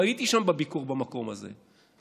והייתי בביקור במקום הזה,